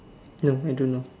no I don't know